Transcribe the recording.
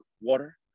water